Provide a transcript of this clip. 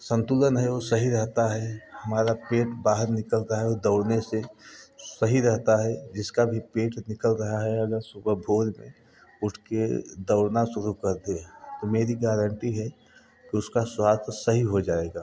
संतुलन है वो सही रहता है हमारा पेट बाहर निकल रहा है वो दौड़ने से सही रहता है जिसका भी पेट निकल रहा है अगर सुबह भोर में उठ के दौड़ना शुरू कर दे तो मेरी गारंटी है तो उसका स्वास्थ्य सही हो जाएगा